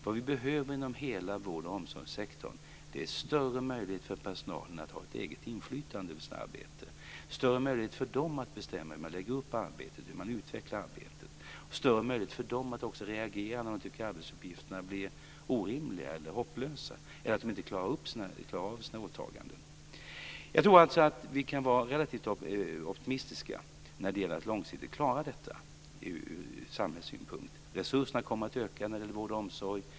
Vad vi behöver inom hela vård och omsorgssektorn är större möjlighet för personalen till ett eget inflytande över sitt arbete, större möjlighet för personalen att bestämma hur man lägger upp och utvecklar arbetet och större möjlighet för personalen att också reagera när man tycker att arbetsuppgifterna blir orimliga eller hopplösa eller när man inte klarar av sina åtaganden. Jag tror alltså att vi kan vara relativt optimistiska när det gäller att långsiktigt klara detta ur samhällssynpunkt. Resurserna kommer att öka för vård och omsorg.